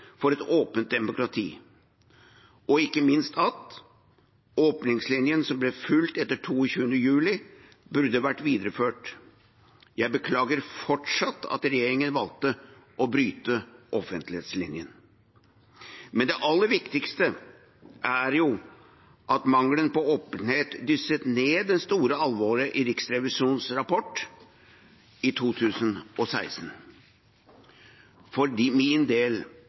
for et åpent demokrati. Og ikke minst: Åpenhetslinjen som ble fulgt etter 22. juli, burde vært videreført. Jeg beklager fortsatt at regjeringen valgte å bryte offentlighetslinjen. Det aller viktigste er at mangelen på åpenhet dysset ned det store alvoret i Riksrevisjonens rapport i 2016. For min del